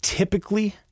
typically